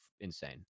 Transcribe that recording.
insane